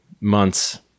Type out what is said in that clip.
months